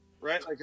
Right